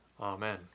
Amen